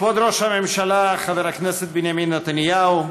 כבוד ראש הממשלה חבר הכנסת בנימין נתניהו,